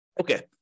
Okay